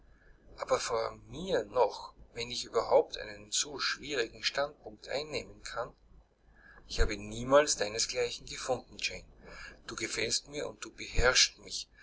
aber vor mir noch wenn ich überhaupt einen so schwierigen standpunkt einnehmen kann ich habe niemals deinesgleichen gefunden jane du gefällst mir und du beherrschest mich